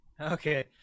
Okay